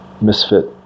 misfit